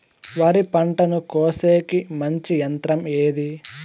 వరి పంటను కోసేకి మంచి యంత్రం ఏది?